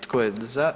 Tko je za?